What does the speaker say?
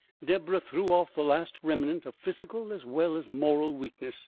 deborah threw off the last remnant of physical as well as moral weakness,